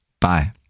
Bye